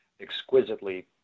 exquisitely